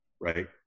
right